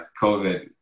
COVID